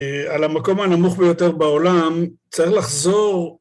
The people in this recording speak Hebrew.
על המקום הנמוך ביותר בעולם, צריך לחזור...